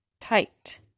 tight